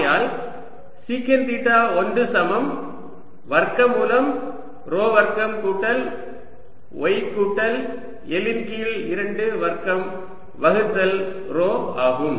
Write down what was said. ஆகையால் secant theta 1 சமம் வர்க்கமூலம் ρ வர்க்கம் கூட்டல் y கூட்டல் L இன் கீழ் 2 வர்க்கம் வகுத்தல் ρ ஆகும்